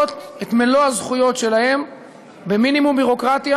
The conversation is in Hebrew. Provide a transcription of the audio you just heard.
את מלוא הזכויות שלהם במינימום ביורוקרטיה,